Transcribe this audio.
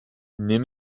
nimm